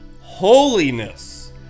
Holiness